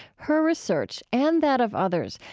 her research, and that of others,